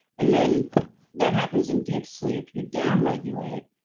and then that happens in deep sleep, you down regulate.